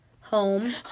home